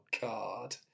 god